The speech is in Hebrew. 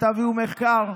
ותביאו מחקר.